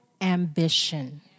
ambition